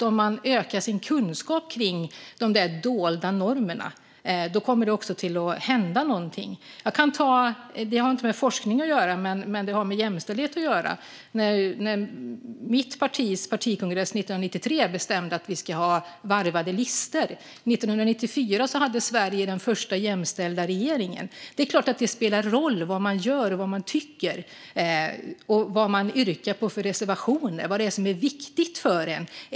Om man ökar sin kunskap om de dolda normerna händer alltså något. Låt mig ta ett exempel som inte har med forskning men med jämställdhet att göra. På mitt partis kongress 1993 bestämdes att listorna skulle vara varvade, och 1994 fick Sverige den första jämställda regeringen. Det är klart att det spelar roll vad man gör, vad man tycker är viktigt och vad man yrkar bifall till.